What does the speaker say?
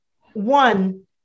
one